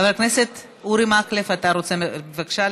חבר הכנסת אורי מקלב, אתה רוצה לברך,